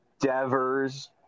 Devers